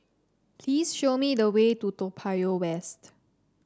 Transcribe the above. please show me the way to Toa Payoh West